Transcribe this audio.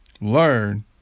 learn